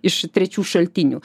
iš trečių šaltinių